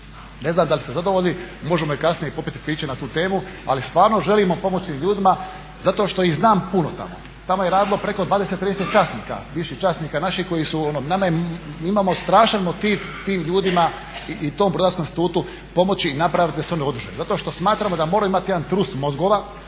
Ne znam da li ste zadovoljni. Možemo kasnije i popiti piće na tu temu, ali stvarno želimo pomoći ljudima zato što ih znam puno tamo. Tamo je radilo preko 20, 30 časnika, bivših časnika naših. Mi imamo strašan motiv tim ljudima i tom Brodarskom institutu pomoći i napraviti da se oni održe zato što smatramo da moraju imaju jedan trust mozgova